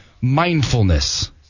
mindfulness